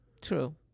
True